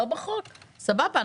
לא בחוק סבבה,